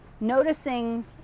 Noticing